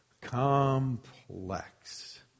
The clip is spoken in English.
complex